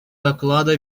доклада